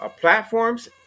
platforms